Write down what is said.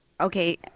Okay